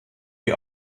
die